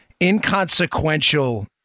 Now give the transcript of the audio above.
inconsequential